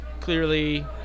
clearly